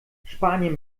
spanien